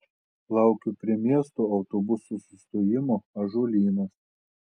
laukiu prie miesto autobusų sustojimo ąžuolynas